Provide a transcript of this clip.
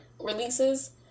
releases